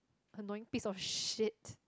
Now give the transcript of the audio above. annoying piece of shit